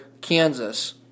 Kansas